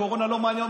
הקורונה לא מעניינת.